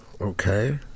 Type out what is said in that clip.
okay